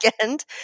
end